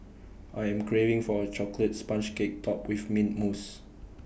I am craving for A Chocolate Sponge Cake Topped with Mint Mousse